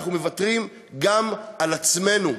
אנחנו מוותרים גם על עצמנו.